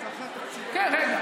רגע,